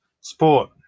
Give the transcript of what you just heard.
Sport